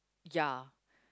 ya